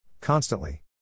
Constantly